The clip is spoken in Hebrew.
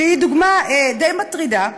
שהיא דוגמה די מטרידה,